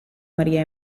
maria